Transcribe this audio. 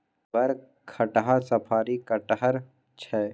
बड़ खटहा साफरी कटहड़ छौ